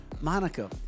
Monica